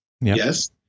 Yes